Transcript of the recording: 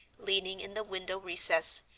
leaning in the window recess,